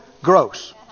gross